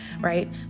right